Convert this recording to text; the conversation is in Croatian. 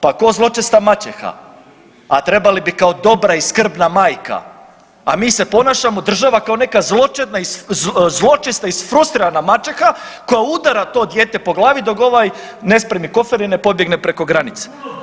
Pa ko zločesta maćeha, a trebali bi kao dobra i skrbna majka, a mi se ponašamo država kao neka zločesta i isfrustrirana maćeha koja udara to dijete po glavi dok ovaj ne spremi kofere i ne pobjegne preko granice.